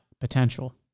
potential